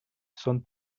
son